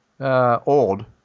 old